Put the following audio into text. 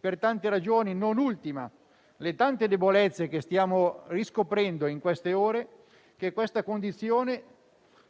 per tante ragioni, non ultima le tante debolezze che stiamo riscoprendo in tali ore - che questa condizione